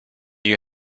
you